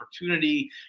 opportunity